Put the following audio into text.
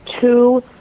two